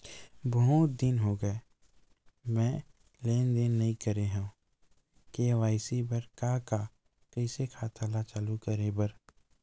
बहुत दिन हो गए मैं लेनदेन नई करे हाव के.वाई.सी बर का का कइसे खाता ला चालू करेबर?